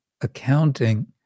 accounting